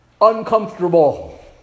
uncomfortable